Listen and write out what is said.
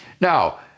Now